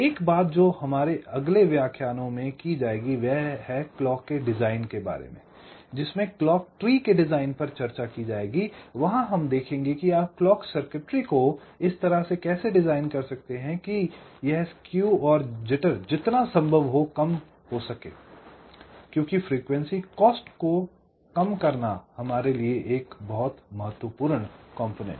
एक बात जो हमारे अगले व्याख्यानों में की जाएगी वह है क्लॉक के डिजाइन के बारे में जिसमे क्लॉक ट्री के डिजाइन पर चर्चा की जाएगी वहां हम देखेंगे कि आप क्लॉक सर्किटरी को इस तरह से कैसे डिजाइन कर सकते हैं कि यह स्केव और जिटर जितना संभव हो कम हो सके क्योंकि फ्रीक्वेंसी कॉस्ट को कम करने के लिए यह बहुत महत्वपूर्ण घटक है